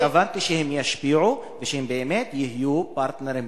אני התכוונתי שהם ישפיעו ושהם באמת יהיו פרטנרים,